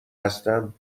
هستم